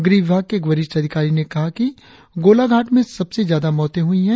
गृह विभाग के एक वरिष्ठ अधिकारी ने कआ है कि गोलाघाट में सबसे ज्यादा मौतें हुई हैं